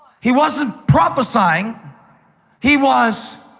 he wasn't prophesying he was